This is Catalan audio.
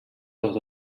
tots